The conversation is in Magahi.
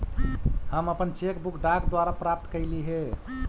हम अपन चेक बुक डाक द्वारा प्राप्त कईली हे